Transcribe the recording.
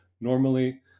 normally